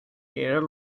air